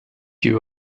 you